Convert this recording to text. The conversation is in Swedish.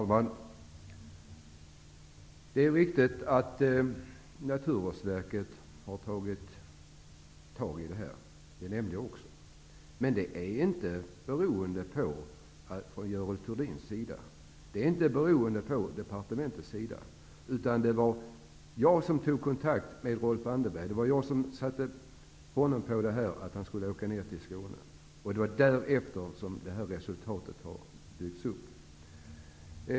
Herr talman! Det är riktigt att Naturvårdsverket har tagit tag i det här -- det nämnde jag också. Men det beror inte på något initiativ från Görel Thurdins sida, det beror inte på departementet -- det var jag som tog kontakt med Rolf Anderberg om att han skulle åka ned till Skåne, och det är därefter som det här resultatet har åstadkommits.